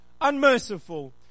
unmerciful